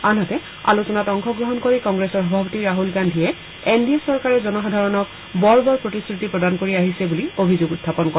আনহাতে আলোচনাত অংশগ্ৰহণ কৰি কংগ্ৰেছ সভাপতি ৰাহুল গান্ধীয়ে এন ডি এ চৰকাৰে জনসাধাৰণক বৰ বৰ প্ৰতিশ্ৰুতি প্ৰদান কৰি আহিছে বুলি অভিযোগ উখাপন কৰে